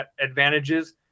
advantages